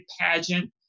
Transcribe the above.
pageant